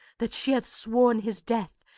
that she hath sworn his death,